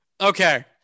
Okay